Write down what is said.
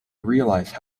realize